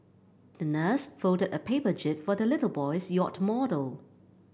the nurse folded a paper jib for the little boy's yacht model